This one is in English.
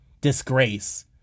disgrace